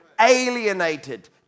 alienated